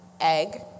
egg